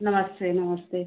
नम्मसे नमस्ते